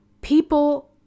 people